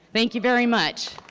thank you very much.